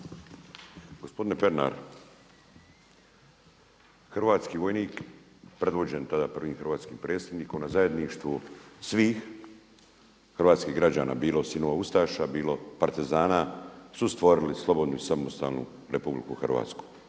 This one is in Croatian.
Gospodine Pernar, hrvatski vojnik predvođen tada prvim hrvatskim predsjednikom na zajedništvu svih hrvatskih građana bilo sinova ustaša, bilo partizana su stvorili slobodnu i samostalnu RH odupirujući